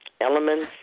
Elements